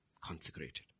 consecrated